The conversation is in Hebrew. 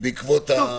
או